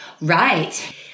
Right